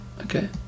Okay